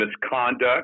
misconduct